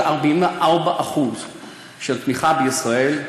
של 44% של תמיכה בישראל.